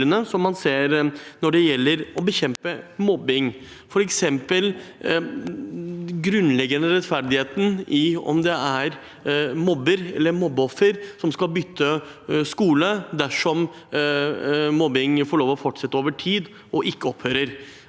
som brukes når det gjelder å bekjempe mobbing. Et eksempel er den grunnleggende urettferdigheten i om det er mobber eller mobbeoffer som skal bytte skole dersom mobbing får lov til å fortsette over tid og ikke opphører.